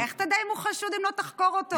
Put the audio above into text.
איך תדע אם הוא חשוד אם לא תחקור אותו?